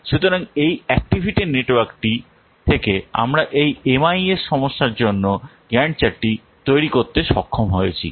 সুতরাং এই অ্যাক্টিভিটি নেটওয়ার্কটিপরিমাণ থেকে আমরা এই এমআইএস সমস্যার জন্য গ্যান্ট চার্টটি তৈরি করতে সক্ষম হয়েছি